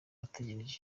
atekereje